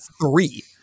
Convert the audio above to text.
three